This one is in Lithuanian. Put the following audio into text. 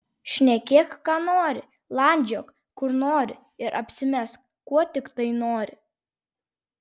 šnekėk ką nori landžiok kur nori ir apsimesk kuo tiktai nori